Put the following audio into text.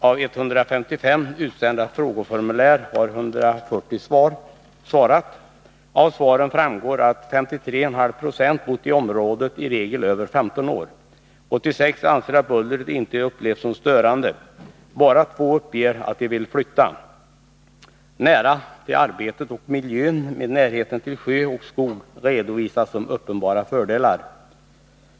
Av 155 utsända frågeformulär har inkommit 140 svar. Av svaren framgår att 53,5 90 bott lång tid i området, i regel över 15 år. 86 anser att bullret inte upplevs som störande. Bara två uppger att de vill flytta. Nära till arbetet och miljön med närhet till sjö och skog redovisas som uppenbara fördelar.